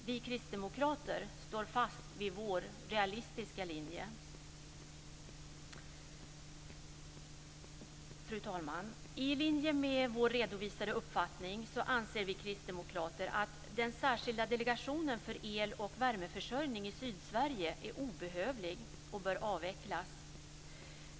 Vi kristdemokrater står fast vid vår, realistiska, linje. Fru talman! I linje med vår redovisade uppfattning anser vi kristdemokrater att den särskilda delegationen för el och värmeförsörjning i Sydsverige är obehövlig och bör avvecklas.